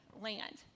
land